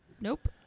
Nope